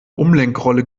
umlenkrolle